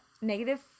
negative